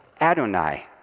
Adonai